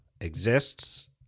exists